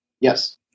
Yes